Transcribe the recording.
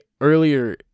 earlier